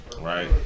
right